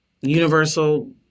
universal